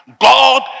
God